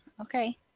Okay